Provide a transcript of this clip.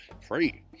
free